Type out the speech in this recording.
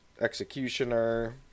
executioner